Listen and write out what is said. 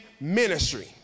ministry